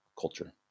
culture